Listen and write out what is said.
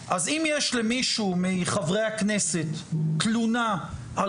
אז אם יש למישהו מחברי הכנסת תלונה על